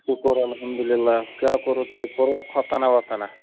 شُکُر الحمدُاللہ کیٛاہ کوٚروٕ تُہۍ پوٚروا خۄفتنا وفۄتَنا